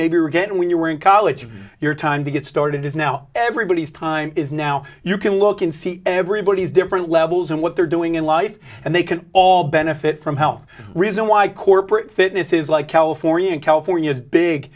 maybe you're getting when you were in college your time to get started is now everybody's time is now you can look and see everybody's different levels and what they're doing in life and they can all benefit from health reason why corporate fitness is like california and california is big